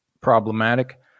problematic